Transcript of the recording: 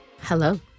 Hello